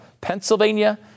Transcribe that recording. Pennsylvania